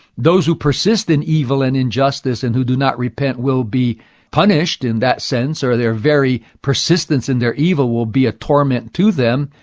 those who persist in evil and injustice and who do not repent will be punished in that sense, or their very persistence in their evil will be a torment to them,